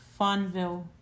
Fonville